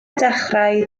dechrau